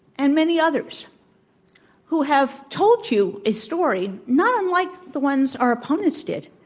and many others who have told you a story not unlike the ones our opponents did,